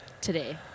today